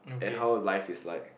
and how life is like